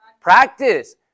Practice